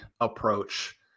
approach